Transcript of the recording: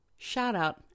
Shout-out